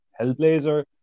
Hellblazer